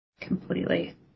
Completely